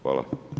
Hvala.